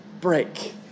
break